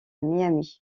miami